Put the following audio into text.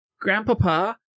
grandpapa